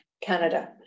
Canada